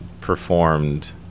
performed